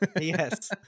Yes